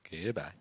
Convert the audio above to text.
goodbye